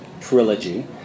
trilogy